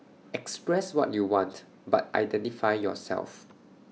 express what you want but identify yourself